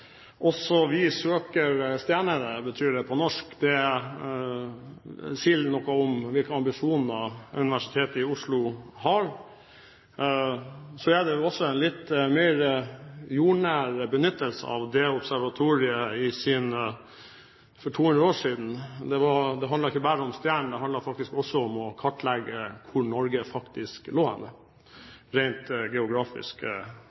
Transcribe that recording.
Også vi søker stjernene, betyr det på norsk. Det sier noe om hvilke ambisjoner Universitetet i Oslo har. Det var også en litt mer jordnær benyttelse av det observatoriet for 200 år siden. Det handlet ikke bare om stjernene; det handlet også om å kartlegge hvor Norge faktisk lå